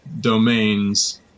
domains